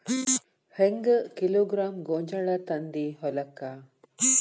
ಹೆಂಗ್ ಕಿಲೋಗ್ರಾಂ ಗೋಂಜಾಳ ತಂದಿ ಹೊಲಕ್ಕ?